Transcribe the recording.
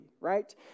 right